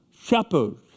shepherds